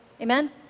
Amen